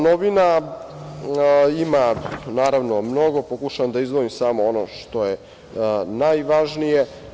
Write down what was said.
Novina ima mnogo, ja pokušavam da izdvojim samo ono što je najvažnije.